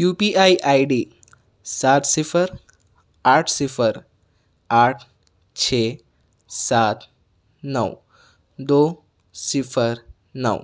you P I I D سات صفر آٹھ صفر آٹھ چھ سات نو دو صفر نو